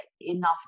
enough